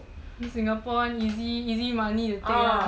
singapore [one] easy easy money to get lah